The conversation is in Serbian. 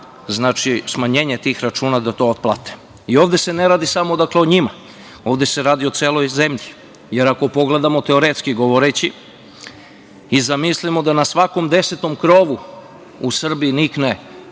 da smanjenjem tih računa, to otplate. Ovde se ne radi samo o njima. Ovde se radi o celoj zemlji, jer ako pogledamo teoretski govoreći i zamislimo da na svakom desetom krovu u Srbiji nikne,